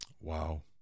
Wow